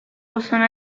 possono